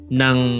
ng